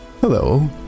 hello